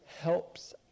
helps